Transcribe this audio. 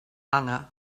honor